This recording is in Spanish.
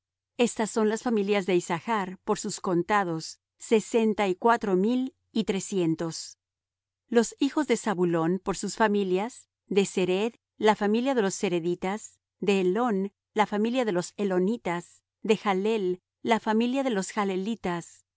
estas son las familias de issachr por sus contados sesenta y cuatro mil y trescientos los hijos de zabulón por sus familias de sered la familia de los sereditas de elón la familia de los elonitas de jalel la familia de los jalelitas estas